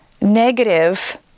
negative